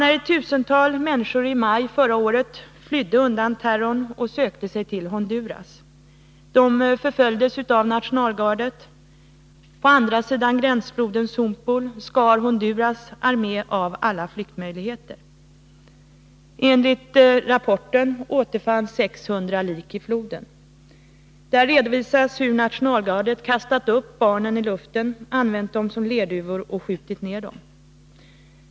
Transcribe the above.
När ett tusental människor i maj förra året flydde undan terrorn sökte de sig till Honduras. De förföljdes av nationalgardet. På andra sidan gränsfloden Sumpul skar Honduras armé av alla flyktmöjligheter. Enligt rapporten återfanns 600 lik i floden. Där redovisas hur nationalgardet kastat upp barnen i luften, använt dem som lerduvor och skjutit dem.